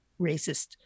racist